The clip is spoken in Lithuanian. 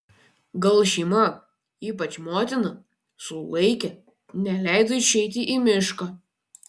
gal šeima ypač motina sulaikė neleido išeiti į mišką